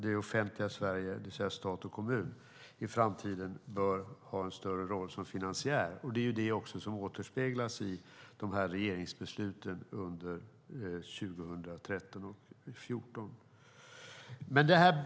Det offentliga Sverige, det vill säga stat och kommun, bör i framtiden ha en större roll som finansiär. Det är också det som återspeglas i regeringsbesluten under 2013 och 2014.